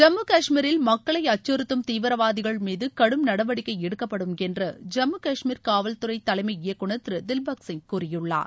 ஜம்மு காஷ்மீரில் மக்களை அச்சுறுத்தும் தீவிரவாதிகள் மீது கடும் நடவடிக்கை எடுக்கப்படும் என்று ஜம்மு காஷ்மீர் காவல்துறை தலைமை இயக்குநர் திரு தில்பக் சிங் கூறியுள்ளார்